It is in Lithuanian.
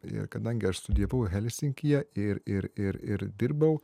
ir kadangi aš studijavau helsinkyje ir ir ir ir dirbau